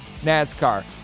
NASCAR